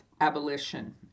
abolition